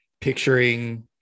picturing